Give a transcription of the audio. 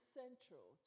central